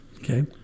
okay